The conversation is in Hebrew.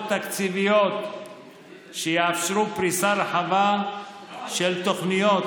תקציביות שיאפשרו פריסה רחבה של תוכניות,